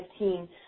2015